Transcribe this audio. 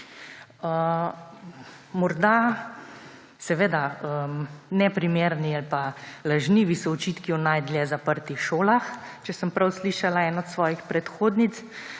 odsotna. Neprimerni pa lažnivi so očitki o najdlje zaprtih šolah. Če sem prav slišala eno od svojih predhodnic,